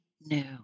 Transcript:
new